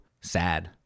sad